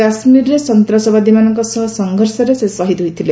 କାଶ୍ମୀରରେ ସନ୍ତାସବାଦୀମାନଙ୍କ ସହ ସଂଘର୍ଷରେ ସେ ଶହୀଦ ହୋଇଥିଲେ